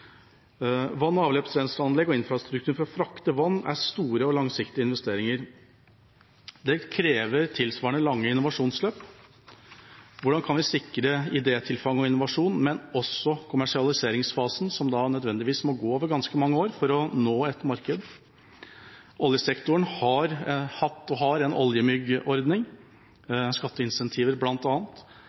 Vann- og avløpsrenseanlegg og infrastrukturen for å frakte vann er store og langsiktige investeringer. Det krever tilsvarende lange innovasjonsløp. Hvordan kan vi sikre idétilfang og innovasjon, men også kommersialiseringsfasen, som nødvendigvis må gå over ganske mange år for å nå et marked? Oljesektoren har og har hatt en oljemyggordning,